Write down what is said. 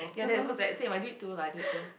ya that is so sad say I did too lah I did it too